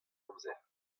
amzer